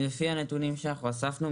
לפי הנתונים שאנחנו אספנו,